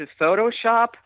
Photoshop